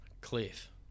cliff